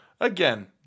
again